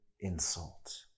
insult